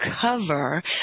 cover